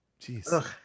Jeez